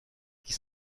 qui